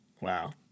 Wow